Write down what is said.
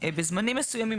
בזמנים מסוימים.